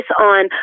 on